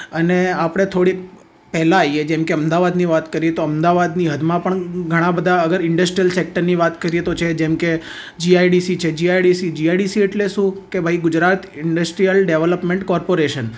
અને આપણે થોડેક પહેલાં આવીએ જેમ કે અમદાવાદની વાત કરીએ તો અમદાવાદની હદમાં પણ ઘણા બધા અગર ઈન્ડ્સ્ટ્રલ સેક્ટરની વાત કરીએ તો છે જેમ કે જીઆઈડીસી છે જીઆઈડીસી જીઆઈડીસી એટલે શું કે ભાઈ ગુજરાત ઇન્ડસ્ટ્રિયલ ડેવલપમેન્ટ કોર્પોરેશન